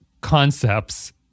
concepts